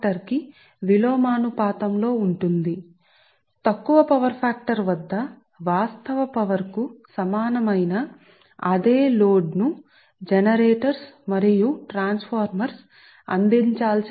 ఈ విధం గా పవర్ ఫాక్టర్ తక్కువ పేలవం గా ఉంటే తక్కువ పవర్ ఫాక్టర్ వద్ద వాస్తవ పవర్ శక్తి కి సమానమైన అదే లోడ్ను జనరేటర్ లు మరియు ట్రాన్స్ఫార్మర్లు అందించాలి